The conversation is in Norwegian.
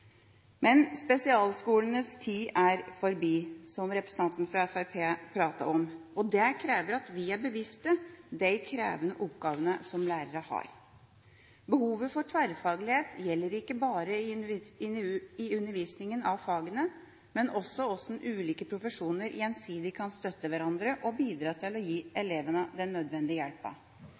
Spesialskolenes tid er forbi, som representanten fra Fremskrittspartiet pratet om. Det krever at vi er bevisst på de krevende oppgavene som lærerne har. Behovet for tverrfaglighet gjelder ikke bare i undervisninga av fagene, men også i hvordan ulike profesjoner gjensidig kan støtte hverandre og bidra til å gi elevene den nødvendige